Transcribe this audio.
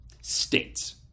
states